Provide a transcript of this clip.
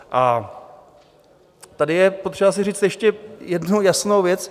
A tady je potřeba si říct ještě jednu jasnou věc.